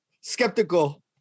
skeptical